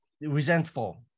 resentful